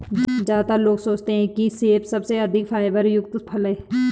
ज्यादातर लोग सोचते हैं कि सेब सबसे अधिक फाइबर युक्त फल है